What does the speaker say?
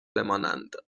بمانند